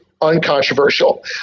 uncontroversial